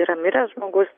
yra miręs žmogus